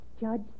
Judge